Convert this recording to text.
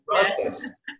process